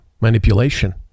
manipulation